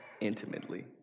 intimately